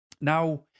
now